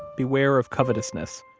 beware of covetousness.